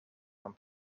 van